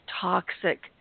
toxic